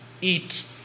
eat